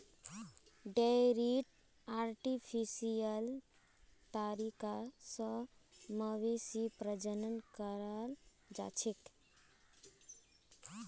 डेयरीत आर्टिफिशियल तरीका स मवेशी प्रजनन कराल जाछेक